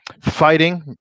fighting